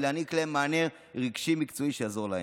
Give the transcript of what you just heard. ולהעניק להם מענה רגשי מקצועי שיעזור להם.